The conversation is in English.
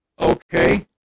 okay